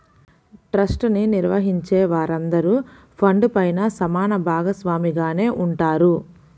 trust ని నిర్వహించే వారందరూ ఫండ్ పైన సమాన భాగస్వామిగానే ఉంటారు